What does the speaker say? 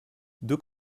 deux